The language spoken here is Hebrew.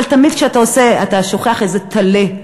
אבל תמיד כשאתה עושה אתה שוכח איזה טלה,